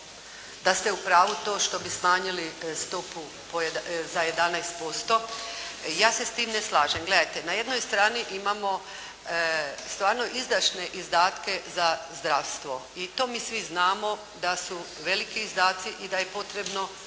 da ste u pravu to što bi smanjili stopu po, za 11%. Ja se s tim ne slažem. Gledajte na jednoj strani imamo stvarno izdašne izdatke za zdravstvo i to mi svi znamo da su veliki izdaci i da je potrebno